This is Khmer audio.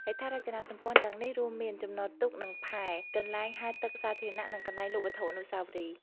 ហេដ្ឋារចនាសម្ព័ន្ធទាំងនេះរួមមាន ចំណតទូក និងផែ កន្លែងហែលទឹកសាធារណៈ និងកន្លែងលក់វត្ថុអនុស្សាវរីយ៍។